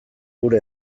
gure